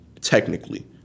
Technically